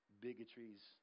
bigotries